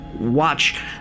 watch